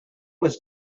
was